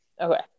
Okay